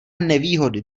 nevýhody